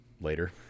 later